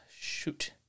Shoot